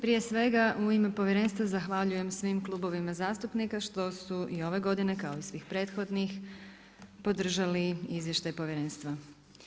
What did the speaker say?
Prije svega u ime povjerenstva zahvaljujem svim klubovima zastupnika što su i ove godine kao i svih prethodnih podržali izvještaj povjerenstva.